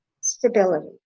stability